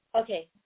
Okay